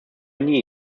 knee